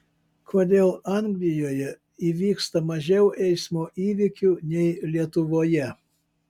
kodėl anglijoje įvyksta mažiau eismo įvykių nei lietuvoje